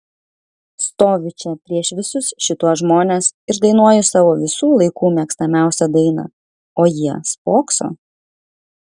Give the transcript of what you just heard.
stoviu čia prieš visus šituos žmones ir dainuoju savo visų laikų mėgstamiausią dainą o jie spokso